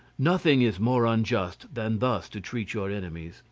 nothing is more unjust than thus to treat your enemies.